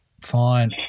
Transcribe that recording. fine